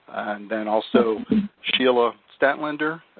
then also sheila statlender